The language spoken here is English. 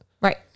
Right